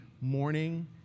morning